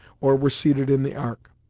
or were seated in the ark.